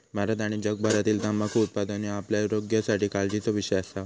भारत आणि जगभरातील तंबाखू उत्पादन ह्यो आपल्या आरोग्यासाठी काळजीचो विषय असा